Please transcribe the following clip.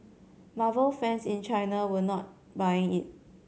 marvel fans in China were not buying it